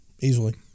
Easily